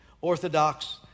Orthodox